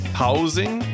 housing